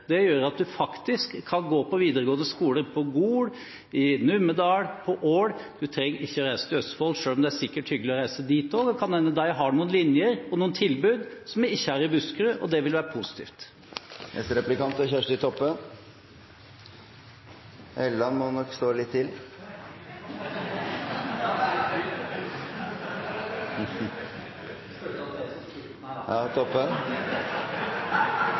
Det gjør at en kan gå på videregående skole på Gol, i Numedal, på Ål. En trenger ikke reise til Østfold, selv om det sikkert er hyggelig å reise dit også. Det kan hende de har noen linjer og noen tilbud som vi ikke har i Buskerud, og det vil være positivt. Neste replikant er Kjersti Toppe. Helleland må nok stå litt til.